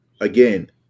Again